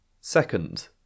Second